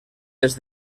des